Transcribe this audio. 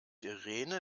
irene